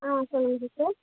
ஆ சொல்லுங்கள் சிஸ்டர்